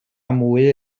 mwy